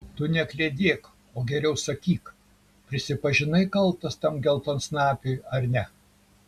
tu nekliedėk o geriau sakyk prisipažinai kaltas tam geltonsnapiui ar ne